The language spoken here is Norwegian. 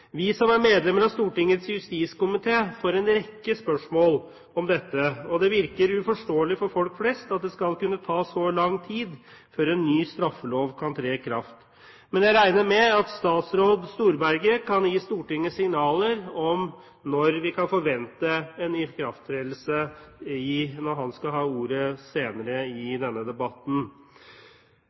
Vi som er medlemmer av Stortingets justiskomité, får en rekke spørsmål om dette, og det virker uforståelig for folk flest at det skal kunne ta så lang tid før en ny straffelov kan tre i kraft. Men jeg regner med at statsråd Storberget kan gi Stortinget signaler om når vi kan forvente en ikrafttredelse når han skal ha ordet senere i denne debatten.